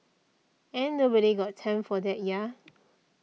ain't nobody's got time for that ya